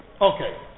Okay